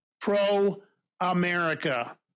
Pro-America